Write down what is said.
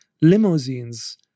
limousines